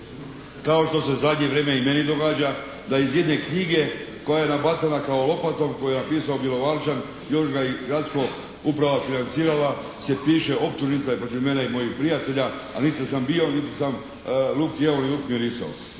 kao što se u zadnje vrijeme i meni događa da iz jedne knjige koja je nabacana kao lopatom, koju je napisao Bjelovarčanin, još ga je i gradska uprava financirala se piše optužnica protiv mene i moj prijatelja, a niti sam bio niti sam luk jeo i luk mirisao.